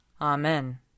Amen